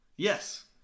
Yes